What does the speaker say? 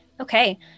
Okay